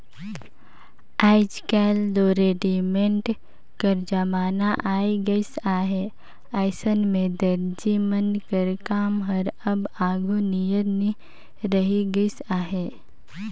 आएज काएल दो रेडीमेड कर जमाना आए गइस अहे अइसन में दरजी मन कर काम हर अब आघु नियर नी रहि गइस अहे